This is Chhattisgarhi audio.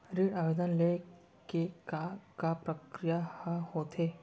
ऋण आवेदन ले के का का प्रक्रिया ह होथे?